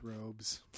robes